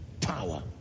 Power